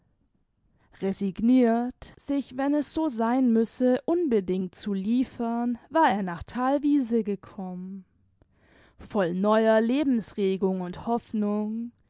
resignirt sich wenn es so sein müsse unbedingt zu liefern war er nach thalwiese gekommen voll neuer lebensregung und hoffnung